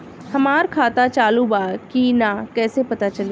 हमार खाता चालू बा कि ना कैसे पता चली?